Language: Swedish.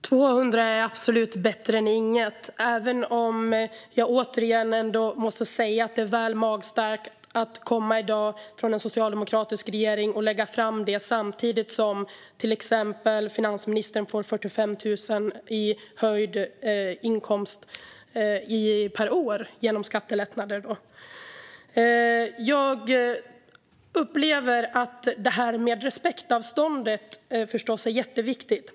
Fru talman! Det är absolut bättre med 200 än med ingenting, även om jag återigen måste säga att det är väl magstarkt att från en socialdemokratisk regering lägga fram detta samtidigt som till exempel finansministern får en inkomsthöjning på 45 000 per år genom skattelättnader. Jag upplever att detta med respektavståndet förstås är jätteviktigt.